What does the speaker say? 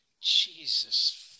Jesus